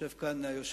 ויושב כאן היושב-ראש,